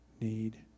need